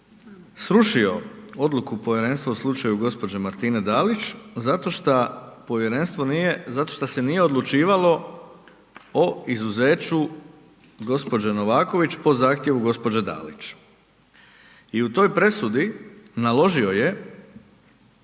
srušio odluku povjerenstva u slučaju gđe. Martine Dalić zato šta se nije odlučivalo o izuzeću gđe. Novaković po zahtjevu gđe. Dalić i u toj presudi naložio je